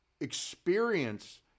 experience